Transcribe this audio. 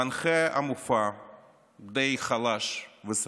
מנחה המופע די חלש וסחיט,